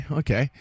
okay